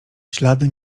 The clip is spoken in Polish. ślady